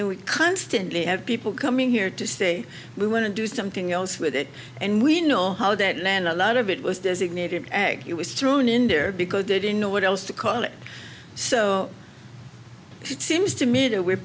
we constantly have people coming here to say we want to do something else with it and we know that and a lot of it was designated it was thrown in there because they didn't know what else to call it so it seems to me that we're